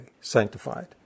sanctified